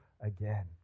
again